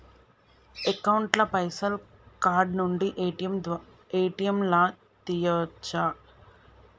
Account ల పైసల్ card నుండి ఏ.టి.ఎమ్ లా తియ్యచ్చా?